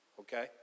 Okay